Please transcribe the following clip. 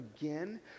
again